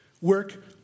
work